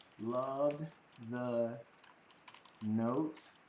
loved the note